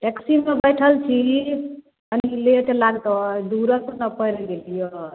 अस्थिर से बैठल छी तनी लेट लागतै दूरेसऽ ने पड़ि गेलियै